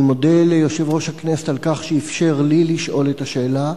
אני מודה ליושב-ראש הכנסת על כך שאפשר לי לשאול את השאלה,